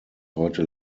heute